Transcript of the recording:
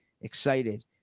excited